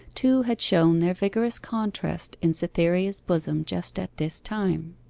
two had shown their vigorous contrast in cytherea's bosom just at this time.